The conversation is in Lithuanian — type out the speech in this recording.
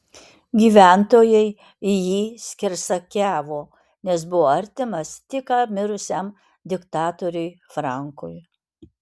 gyventojai į jį skersakiavo nes buvo artimas tik ką mirusiam diktatoriui frankui